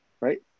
right